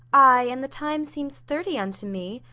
ay, and the time seems thirty unto me,